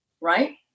right